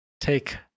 take